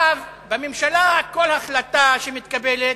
בממשלה כל החלטה שמתקבלת,